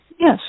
Yes